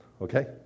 okay